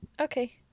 Okay